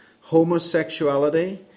Homosexuality